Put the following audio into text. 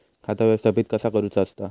खाता व्यवस्थापित कसा करुचा असता?